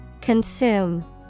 Consume